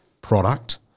product